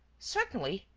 certainly,